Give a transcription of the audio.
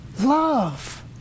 Love